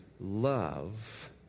Love